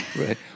Right